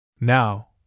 Now